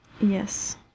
Yes